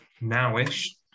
now-ish